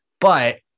But-